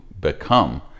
become